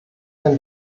ein